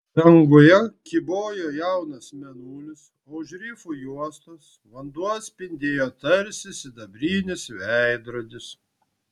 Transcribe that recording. danguje kybojo jaunas mėnulis už rifų juostos vanduo spindėjo tarsi sidabrinis veidrodis